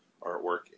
artwork